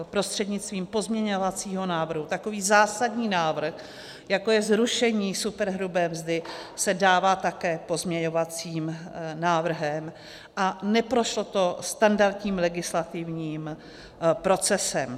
prostřednictvím pozměňovacího návrhu takový zásadní návrh, jako je zrušení superhrubé mzdy, se dává také pozměňovacím návrhem a neprošlo to standardním legislativním procesem.